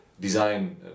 design